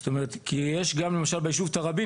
זאת אומרת כי יש גם למשל ביישוב טרבין